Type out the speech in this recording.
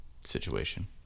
situation